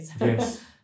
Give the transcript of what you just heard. Yes